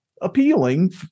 appealing